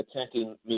attacking